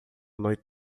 noite